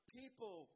people